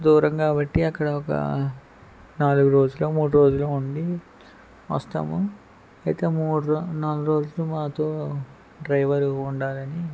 దూరం కాబట్టి అక్కడ ఒక నాలుగు రోజులో మూడు రోజులో ఉండి వస్తాము అయితే మూడు రో నాలుగు రోజులు మాతో డ్రైవర్ ఉండాలని